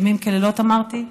ימים כלילות, אמרתי?